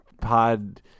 pod